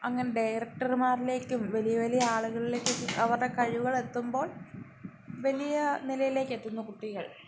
അങ്ങനെ ഡയറക്ടർമാരിലേക്കും വലിയ വലിയ ആളുകളിലേക്കെത്തി അവരുടെ കഴിവുകളെത്തുമ്പോൾ വലിയ നിലയിലേക്കെത്തുന്നു കുട്ടികൾ